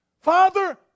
Father